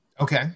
Okay